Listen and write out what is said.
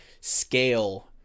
scale